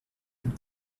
dem